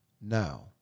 Now